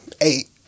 eight